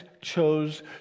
chose